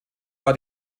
war